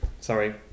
Sorry